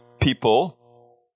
people